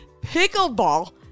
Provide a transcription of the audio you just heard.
pickleball